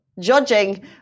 judging